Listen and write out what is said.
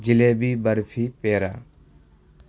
jalebi barfi پیڑا